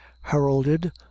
Heralded